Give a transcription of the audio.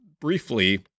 Briefly